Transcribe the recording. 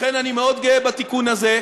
לכן אני מאוד גאה בתיקון הזה,